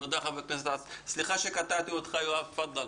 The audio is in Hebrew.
יואב, סליחה שקטעתי אותך.